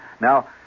Now